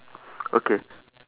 okay